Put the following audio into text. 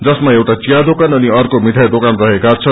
जसमा एउआ विया दोकान अनि अर्क्ये मिठाई दोकान रहेका छन्